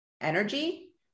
energy